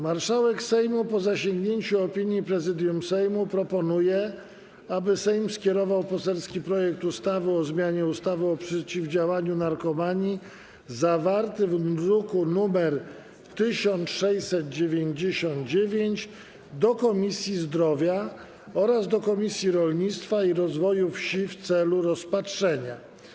Marszałek Sejmu, po zasięgnięciu opinii Prezydium Sejmu, proponuje, aby Sejm skierował poselski projekt ustawy o zmianie ustawy o przeciwdziałaniu narkomanii, zawarty w druku nr 1699, do Komisji Zdrowia oraz do Komisji Rolnictwa i Rozwoju Wsi w celu rozpatrzenia.